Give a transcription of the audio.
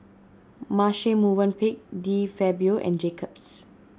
Marche Movenpick De Fabio and Jacob's